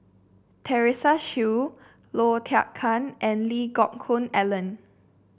Teresa Hsu Low Thia Khiang and Lee Geck Hoon Ellen